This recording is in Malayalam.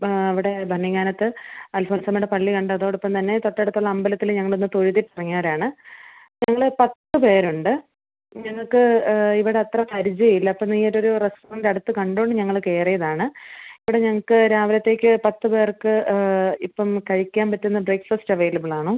ആ അവിടെ ഭരണങ്ങാനത്ത് അൽഫോൻസാമ്മയുടെ പള്ളി കണ്ടതോടൊപ്പം തന്നെ തൊട്ടടുത്തുള്ള അമ്പലത്തില് ഞങ്ങളൊന്ന് തൊഴുതിട്ട് ഇറങ്ങിയവരാണ് ഞങ്ങള് പത്ത് പേരുണ്ട് ഞങ്ങൾക്ക് ഇവിടെ അത്ര പരിചയം ഇല്ല അപ്പോൾ ഈ ഒര് ഒരു റെസ്റ്റോറൻറ്റ് അടുത്ത് കണ്ടത് കൊണ്ട് ഞങ്ങള് കയറിയതാണ് ഇവിടെ ഞങ്ങൾക്ക് രാവിലത്തേക്ക് പത്ത് പേർക്ക് ഇപ്പം കഴിക്കാന് പറ്റുന്ന ബ്രേക്ക്ഫാസ്റ്റ് അവൈലബിൾ ആണോ